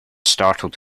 startled